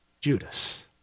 Judas